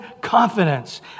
confidence